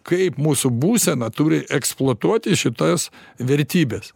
kaip mūsų būsena turi eksploatuoti šitas vertybes